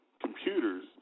computers